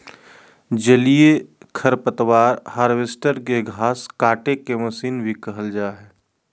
जलीय खरपतवार हार्वेस्टर, के घास काटेके मशीन भी कहल जा हई